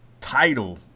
title